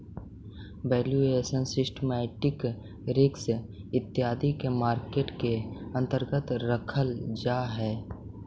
valuation, systematic risk इत्यादि के market के अंतर्गत रखल जा हई